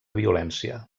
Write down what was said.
violència